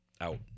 Out